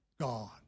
God